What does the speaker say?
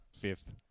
fifth